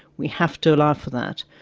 we have to allow for that.